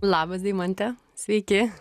labas deimante sveiki